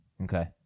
Okay